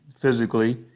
physically